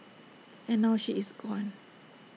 and now she is gone